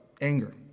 anger